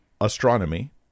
astronomy